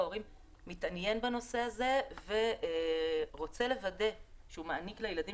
מתעניין בנושא הזה ורוצה לוודא שהוא מעניק לילדים